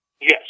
Yes